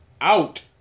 Out